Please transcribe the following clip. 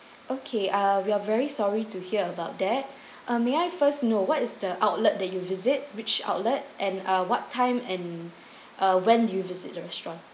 okay ah we are very sorry to hear about that uh may I first know what is the outlet that you visit which outlet and uh what time and uh when do you visit the restaurant